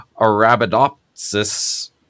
Arabidopsis